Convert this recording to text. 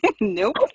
Nope